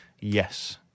Yes